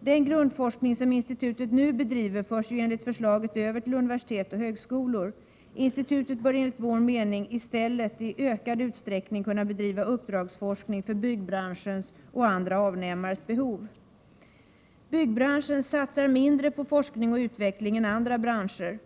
Den grundforskning som institutet nu bedriver förs enligt förslaget över till universitet och högskolor. Institutet bör, enligt vår mening, i stället i ökad utsträckning kunna bedriva uppdragsforskning för byggbranschens och andra avnämares behov. Byggbranschen satsar mindre på forskning och utveckling än andra branscher.